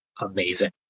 amazing